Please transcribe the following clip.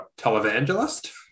televangelist